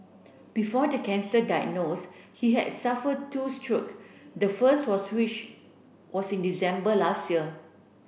before the cancer diagnose he had suffered two stroke the first was which was in December last year